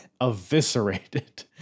eviscerated